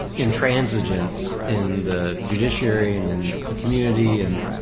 intransigence in the judiciary and in the community and